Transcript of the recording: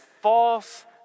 false